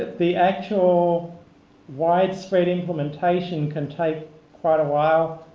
the actual widespread implementation can take quite a while.